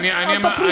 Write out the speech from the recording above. אל תפריע לו.